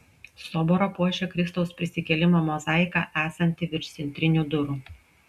soborą puošia kristaus prisikėlimo mozaika esanti virš centrinių durų